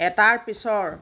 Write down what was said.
এটাৰ পিছৰ